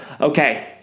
Okay